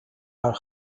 are